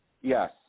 Yes